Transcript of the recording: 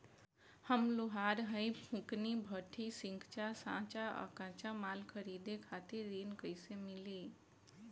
हम लोहार हईं फूंकनी भट्ठी सिंकचा सांचा आ कच्चा माल खरीदे खातिर ऋण कइसे मिली?